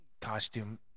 costume